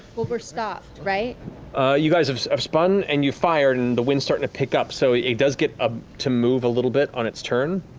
well, we're stopped, right? matt you guys have spun, and you fired, and the wind's starting to pick up, so it does get ah to move a little bit, on its turn,